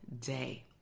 day